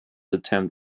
attempt